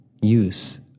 use